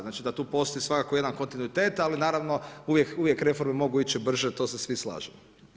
Znači da tu postoji svakako jedan kontinuitet, ali naravno uvijek reforme mogu ići brže, to se svi slažemo.